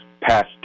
past